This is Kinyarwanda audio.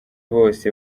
bose